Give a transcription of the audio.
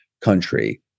country